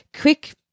Quick